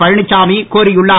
பழனிசாமி கோரியுள்ளார்